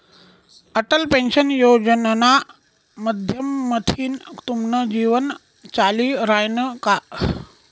Atal pension योजनाना माध्यमथीन तुमनं जीवन चाली रायनं का?